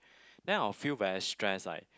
then I'll feel very stressed like